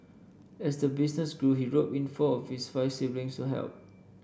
as the business grew he roped in four of his five siblings to help